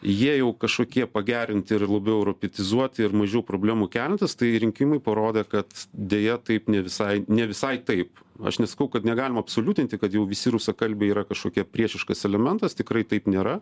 jie jau kažkokie pagerinti ir labiau europitizuoti ir mažiau problemų keliantys tai rinkimai parodė kad deja taip ne visai ne visai taip aš nesakau kad negalima absoliutinti kad jau visi rusakalbiai yra kažkokie priešiškas elementas tikrai taip nėra